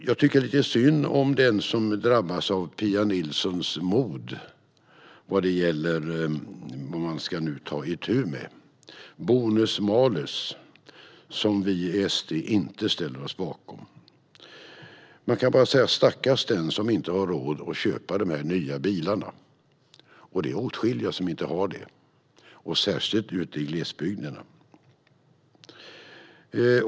Jag tycker lite synd om den som drabbas av Pia Nilssons mod vad gäller det man nu ska ta itu med, det vill säga bonus-malus, som vi i Sverigedemokraterna inte ställer oss bakom. Stackars den som inte har råd att köpa de här nya bilarna! Det är åtskilliga som inte har det, särskilt ute i glesbygderna.